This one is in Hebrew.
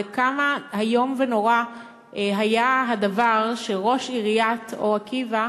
על כמה איום ונורא היה הדבר שראש עיריית אור-עקיבא